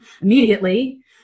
immediately